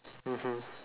mmhmm